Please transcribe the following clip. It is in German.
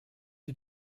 die